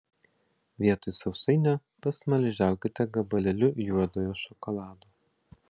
vietoj sausainio pasmaližiaukite gabalėliu juodojo šokolado